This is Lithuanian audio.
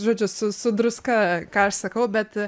žodžiu su su druska ką aš sakau bet